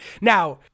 Now-